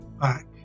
back